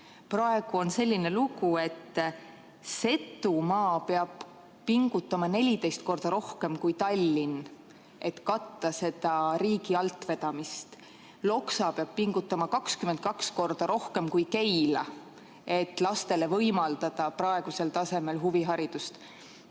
Praegu on selline lugu, et Setumaa peab pingutama 14 korda rohkem kui Tallinn, et katta seda altvedamist riigi poolt. Loksa peab pingutama 22 korda rohkem kui Keila, et lastele võimaldada praegusel tasemel huviharidust.